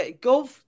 go